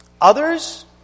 Others